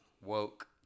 Woke